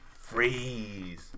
freeze